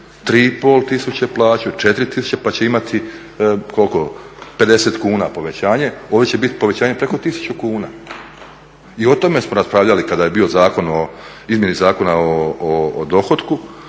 3,5 tisuće plaću, 4 tisuće pa će imati, koliko? 50 kuna povećanje, ovdje će biti povećanje preko 1000 kuna. I o tome smo raspravljali kada je bio Zakon o izmjeni zakona o dohotku,